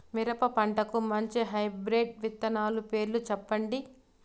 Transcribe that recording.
మిరప పంటకు మంచి హైబ్రిడ్ విత్తనాలు పేర్లు సెప్పండి?